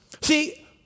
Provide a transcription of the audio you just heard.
See